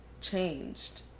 changed